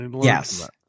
Yes